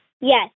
Yes